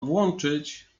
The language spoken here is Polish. włączyć